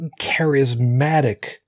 charismatic